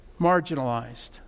marginalized